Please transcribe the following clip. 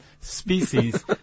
Species